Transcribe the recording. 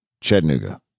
chattanooga